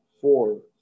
four